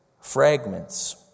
fragments